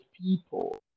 people